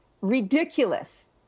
ridiculous